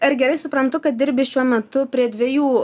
ar gerai suprantu kad dirbi šiuo metu prie dvejų